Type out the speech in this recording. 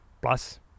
plus